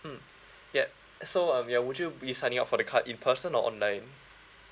mm ya so um ya would you be signing up for the card in person or online